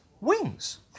wings